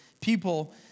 people